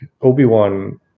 obi-wan